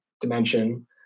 dimension